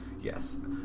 Yes